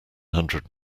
hundred